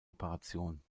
operation